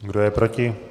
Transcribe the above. Kdo je proti?